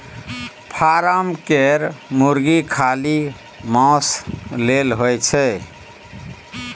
form केर मुरगी खाली माउस लेल होए छै